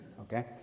Okay